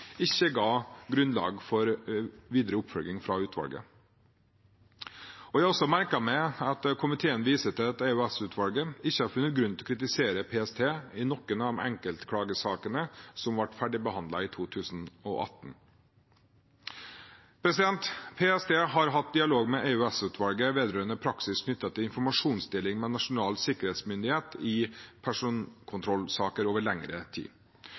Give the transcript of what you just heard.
ikke ga grunnlag for videre oppfølging fra utvalget. Jeg har også merket meg at komiteen viser til at EOS-utvalget ikke har funnet grunn til å kritisere PST i noen av de enkeltklagesakene som ble ferdigbehandlet i 2018. PST har over lengre tid hatt dialog med EOS-utvalget vedrørende praksis knyttet til informasjonsdeling med Nasjonal sikkerhetsmyndighet i personkontrollsaker.